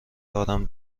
دارم